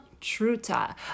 truta